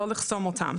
לא לחסום אותן.